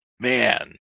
Man